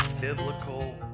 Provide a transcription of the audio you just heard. biblical